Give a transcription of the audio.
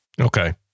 Okay